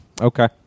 Okay